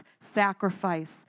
sacrifice